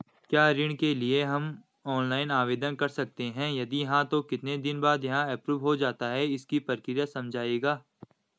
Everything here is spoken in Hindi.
क्या ऋण के लिए हम ऑनलाइन आवेदन कर सकते हैं यदि हाँ तो कितने दिन बाद यह एप्रूव हो जाता है इसकी प्रक्रिया समझाइएगा?